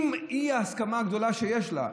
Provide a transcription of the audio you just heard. עם האי-הסכמה הגדולה שיש לה.